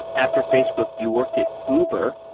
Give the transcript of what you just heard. after facebook, you worked at uber.